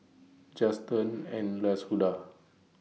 Juston and Lashunda